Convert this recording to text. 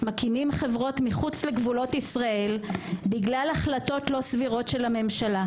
מקימים חברות מחוץ לגבולות ישראל בגלל החלטות לא סבירות של הממשלה.